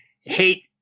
hate